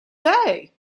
day